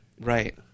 Right